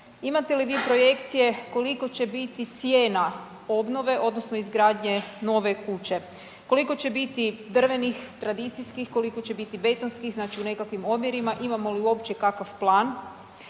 imate li vi projekcije kolika će biti cijena obnove, odnosno izgradnje nove kuće, koliko će biti drvenih, tradicijskih, koliko će biti betonskih, znači u nekakvim omjerima imamo li uopće kakav plan.